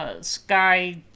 Sky